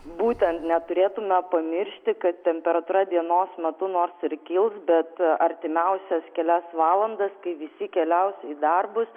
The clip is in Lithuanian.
būtent neturėtume pamiršti kad temperatūra dienos metu nors ir kils bet artimiausias kelias valandas kai visi keliaus į darbus